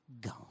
gone